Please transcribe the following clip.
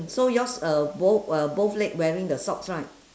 so yours uh both uh both leg wearing the socks right